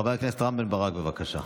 חבר הכנסת רם בן ברק, בבקשה.